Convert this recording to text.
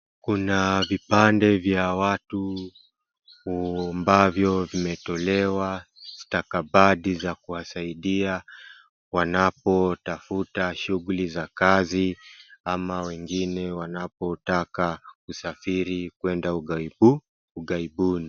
Juna vipande vya watu ambavyo vimetolewa stakabadhi za kuwasaidia wanapotafuta shughuli za kazi ama wengine wanapotaka kusafiri kuenda ughaibuni.